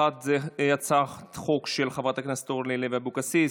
אחת היא הצעת חוק של חברת הכנסת אורלי לוי אבקסיס.